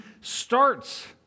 starts